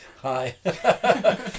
Hi